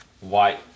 White